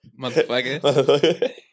Motherfuckers